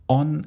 on